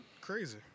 crazy